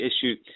issue